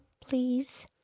please